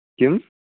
किम्